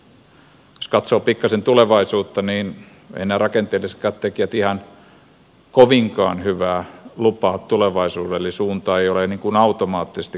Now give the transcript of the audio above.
jos katsoo pikkasen tulevaisuutta niin eivät nämä rakenteellisetkaan tekijät kovin hyvää lupaa tulevaisuudelle eli suunta ei ole automaattisesti korjautumassa